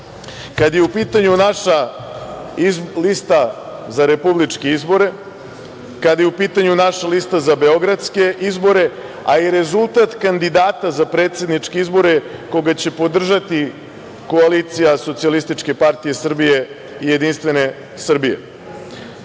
kad je u pitanju naša lista za republičke izbore, kada je u pitanju naša lista za beogradske izbore, a i rezultat kandidata za predsedničke izbore koga će podržati koalicija SPS i JS.Znači, ne postoji izborni